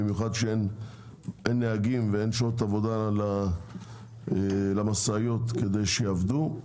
במיוחד כשאין נהגים ואין שעות עבודה למשאיות כדי שיעבדו,